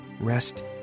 rest